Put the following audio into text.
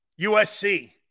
USC